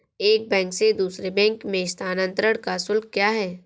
एक बैंक से दूसरे बैंक में स्थानांतरण का शुल्क क्या है?